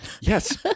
yes